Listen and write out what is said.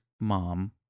mom